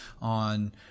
on